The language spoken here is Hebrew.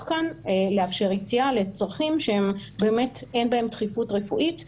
כאן לאפשר יציאה לצרכים שבאמת אין בהם דחיפות רפואית.